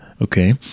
okay